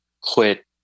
quit